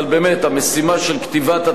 המשימה של כתיבת התקנון,